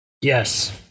Yes